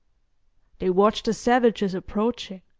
they watched the savages approaching